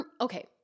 okay